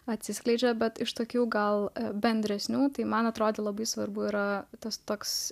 atsiskleidžia bet iš tokių gal bendresnių tai man atrodė labai svarbu yra tas toks